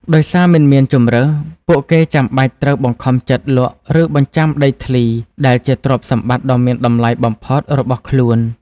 ដោយសារមិនមានជម្រើស ពួកគេចាំបាច់ត្រូវបង្ខំចិត្តលក់ ឬបញ្ចាំដីធ្លីដែលជាទ្រព្យសម្បត្តិដ៏មានតម្លៃបំផុតរបស់ខ្លួន។